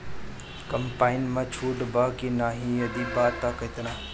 Combine पर छूट बा की नाहीं यदि बा त केतना?